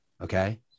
Okay